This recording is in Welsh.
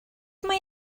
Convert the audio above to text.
mae